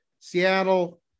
Seattle